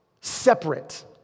separate